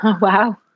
wow